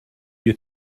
you